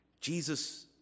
Jesus